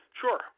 Sure